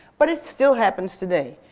but it still happens today.